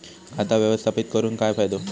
खाता व्यवस्थापित करून काय फायदो?